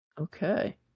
Okay